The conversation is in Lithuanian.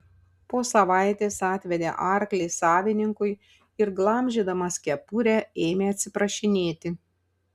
po savaitės atvedė arklį savininkui ir glamžydamas kepurę ėmė atsiprašinėti